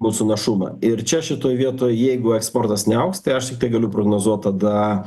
mūsų našumą ir čia šitoj vietoj jeigu eksportas neaugs tai aš tiktai galiu prognozuot tada